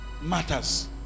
matters